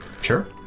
Sure